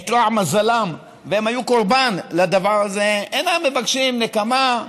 איתרע מזלם והם היו קורבן לדבר הזה אינם מבקשים נקמה,